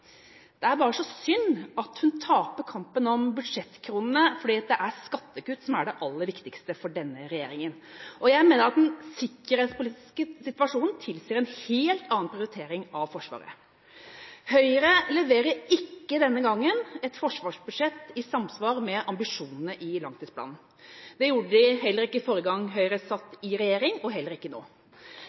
Det er bare så synd at hun taper kampen om budsjettkronene – for det er skattekutt som er det aller viktigste for denne regjeringa. Jeg mener at den sikkerhetspolitiske situasjonen tilsier en helt annen prioritering av Forsvaret. Høyre leverer ikke denne gangen et forsvarsbudsjett i samsvar med ambisjonene i langtidsplanen. Det gjorde de heller ikke forrige gang Høyre satt i regjering, og heller ikke nå.